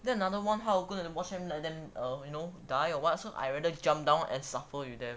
then another one how you gonna watch them let then um you know die or what so I rather jumped down and suffer with them